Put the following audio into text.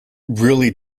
really